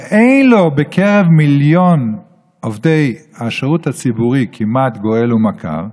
שאין לו בקרב מיליון עובדי השירות הציבורי כמעט גואל ומכר,